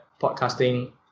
podcasting